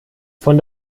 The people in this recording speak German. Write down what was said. von